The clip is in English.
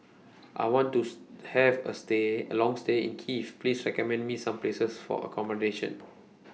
I want to Have A stay A Long stay in Kiev Please recommend Me Some Places For accommodation